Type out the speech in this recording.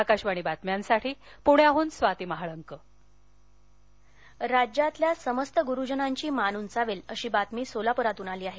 आकाशवाणी बातम्यांसाठीम पुण्याहून स्वाती महाळंक प्रस्कार राज्यातल्या समस्त ग्रूजनांची मान उंचावेल अशी बातमी सोलाप्रातून आली आहे